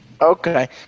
okay